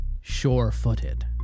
Sure-footed